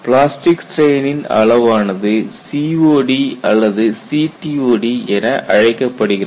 plastic ஸ்ட்ரெயினின் அளவானது COD அல்லது CTOD என அழைக்கப்படுகிறது